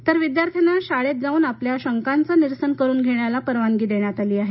तर विद्यार्थ्यांना शाळेत जावून आपल्या शंकांचं निरसन करून घ्यायला परवानगी देण्यात आली आहे